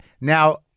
Now